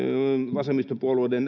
vasemmistopuolueiden